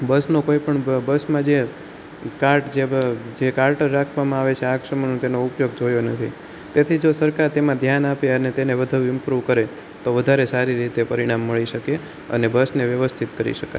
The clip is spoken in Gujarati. બસનું કોઈપણ બસમાં જે કાર્ડ જે જે કારટર રાખવામાં છે આગ શમનનો તેનો ઉપયોગ જોયો નથી તેથી જો સરકાર તેમાં ધ્યાન આપે અને તેને વધુ ઇમ્પ્રૂવ કરે તો વધારે સારી રીતે પરિણામ મળી શકે અને બસ ને વ્યવસ્થિત કરી શકાય